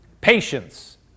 Patience